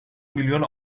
milyon